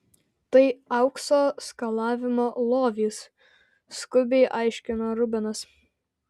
tai aukso skalavimo lovys skubiai aiškino rubenas